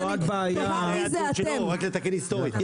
רק לתקן היסטורית.